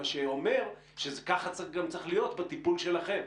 מה שאומר שכך גם צריך להיות בטיפול שלכם.